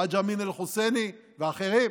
חג' אמין אל-חוסייני ואחרים,